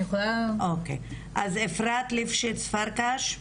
אז אפרת ליפשיץ פרקש.